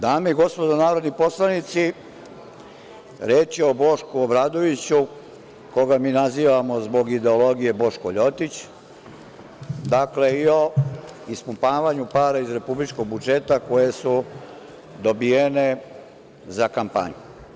Dame i gospodo narodni poslanici, reč je o Bošku Obradoviću, koga mi nazivamo zbog ideologije Boško Ljotić i o ispumpavanju para iz republičkog budžeta koje su dobijene za kampanju.